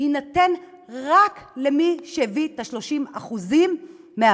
יחול רק על מי שהביא את ה-30% מהבית.